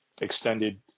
extended